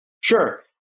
Sure